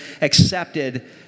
accepted